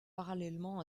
parallèlement